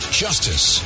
justice